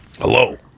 Hello